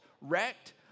wrecked